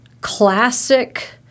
classic